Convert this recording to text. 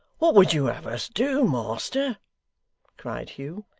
what would you have us do, master cried hugh.